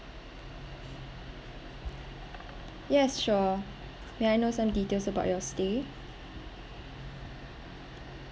yes sure may I know some details about your stay